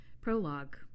Prologue